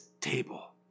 table